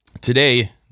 today